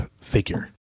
figure